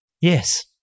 Yes